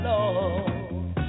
Lord